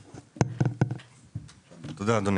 תודה, אדוני.